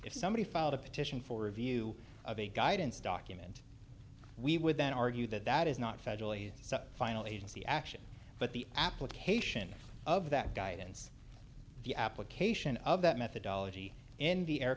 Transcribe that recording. if somebody filed a petition for review of a guidance document we would then argue that that is not federally so final agency action but the application of that guidance the application of that methodology and the air